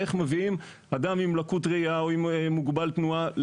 איך מביאים אדם עם לקות ראיה או מוגבל תנועה למקום,